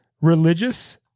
religious